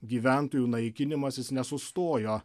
gyventojų naikinimas jis nesustojo